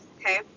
okay